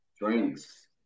drinks